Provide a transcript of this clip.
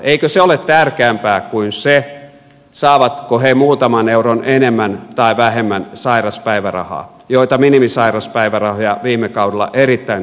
eikö se ole tärkeämpää kuin se saavatko he muutaman euron enemmän tai vähemmän sairauspäivärahaa joita minimisairauspäivärahoja viime kaudella erittäin tuntuvasti korotettiin